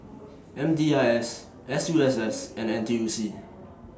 M D I S S U S S and N T U C